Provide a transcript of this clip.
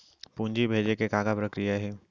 पूंजी भेजे के का प्रक्रिया हे?